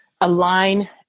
align